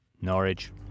Norwich